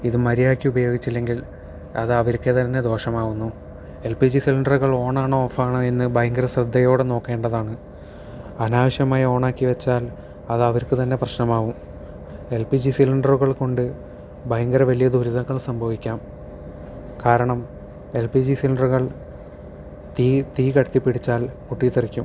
ഇത് മര്യാദയ്ക്ക് ഉപയോഗിച്ചില്ലെങ്കിൽ അത് അവർക്ക് തന്നെ ദോഷമാകുന്നു എൽ പി ജി സിലിണ്ടറുകൾ ഓൺ ആണോ ഓഫ് ആണോ എന്ന് ഭയങ്കര ശ്രദ്ധയോടെ നോക്കേണ്ടതാണ് അനാവശ്യമായി ഓൺ ആക്കി വെച്ചാൽ അത് അവർക്ക് തന്നെ പ്രശ്നമാകും എൽ പി ജി സിലിണ്ടറുകൾ കൊണ്ട് ഭയങ്കര വലിയ ദുരിതങ്ങൾ സംഭവിക്കാം കാരണം എൽ പി ജി സിലിണ്ടറുകൾ തീ തീ കത്തിപിടിച്ചാൽ പൊട്ടിത്തെറിക്കും